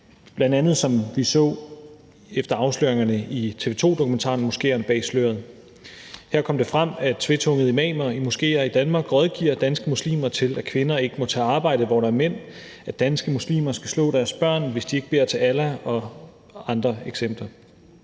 had, bl.a. som vi så efter afsløringerne i TV 2-dokumentaren »Moskéerne bag sløret«. Her kom det frem, at tvetungede imamer i moskéer i Danmark rådgiver danske muslimer til, at kvinder ikke må tage arbejde der, hvor der er mænd, at danske muslimer skal slå deres børn, hvis de ikke beder til Allah, og der var andre eksempler.